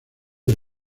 del